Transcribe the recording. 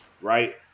right